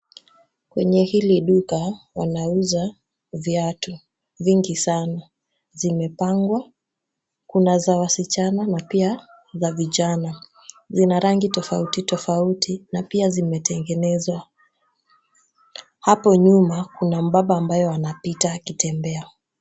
Kwenye hili duka wanauza viatu vingi sana zimepangwa. Kuna za wasichana na pia za vijana. Zina rangi tofauti tofauti na pia zimetengenezwa. Hapo nyuma kuna mbaba ambaye anapita akitembea.